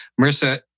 Marissa